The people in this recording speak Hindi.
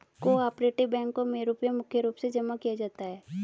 को आपरेटिव बैंकों मे रुपया मुख्य रूप से जमा किया जाता है